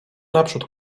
naprzód